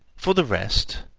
for the rest,